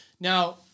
Now